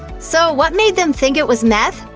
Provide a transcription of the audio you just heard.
so what made them think it was meth?